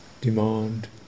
demand